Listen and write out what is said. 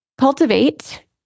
Cultivate